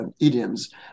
idioms